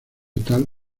tal